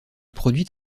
produit